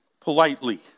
politely